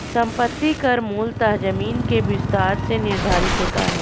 संपत्ति कर मूलतः जमीन के विस्तार से निर्धारित होता है